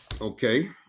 Okay